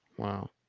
Wow